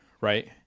Right